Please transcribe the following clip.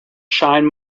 shine